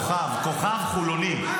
אושר, אתה כוכב, כוכב חולוני.